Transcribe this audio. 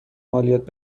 مالیات